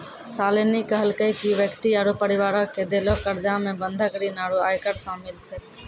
शालिनी कहलकै कि व्यक्ति आरु परिवारो के देलो कर्जा मे बंधक ऋण आरु आयकर शामिल छै